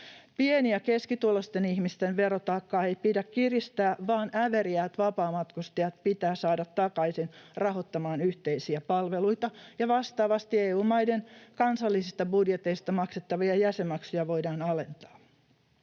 Pieni- ja keskituloisten ihmisten verotaakkaa ei pidä kiristää, vaan äveriäät vapaamatkustajat pitää saada takaisin rahoittamaan yhteisiä palveluita, ja vastaavasti EU-maiden kansallisista budjeteista maksettavia jäsenmaksuja voidaan alentaa.